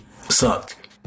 sucked